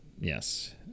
yes